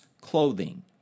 clothing